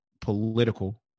political